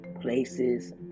places